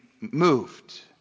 moved